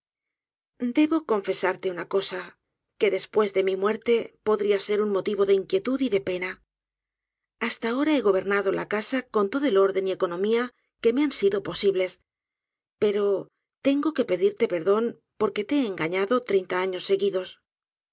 debo confesarte una cosa que después de mi muerte podría ser un motivo de inquietud y de pena hasta ahora he gobernado la casa con todo el orden y economía que me han sido posibles pero tengo que pedirte perdón porque te he engaño treinta años seguidos